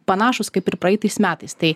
panašūs kaip ir praeitais metais tai